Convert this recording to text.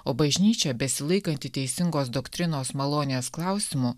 o bažnyčia besilaikanti teisingos doktrinos malonės klausimų